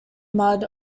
mud